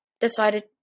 decided